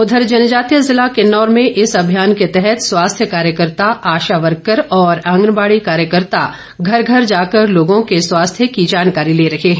उधर जनजातीय जिला किन्नौर में इस अभियान के तहत स्वास्थ्य कार्यकर्ता आशा वर्कर और आंगनबाड़ी कार्यकर्ता घर घर जाकर लोगों के स्वास्थ्य की जानकारी ले रहे हैं